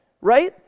right